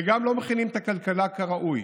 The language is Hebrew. וגם לא מכינים את הכלכלה כראוי,